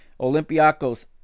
Olympiacos